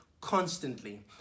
constantly